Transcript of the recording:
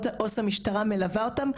ועו"ס המשטרה מלווה אותן.